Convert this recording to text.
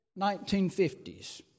1950s